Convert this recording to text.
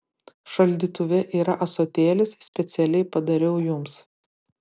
šaldytuve yra ąsotėlis specialiai padariau jums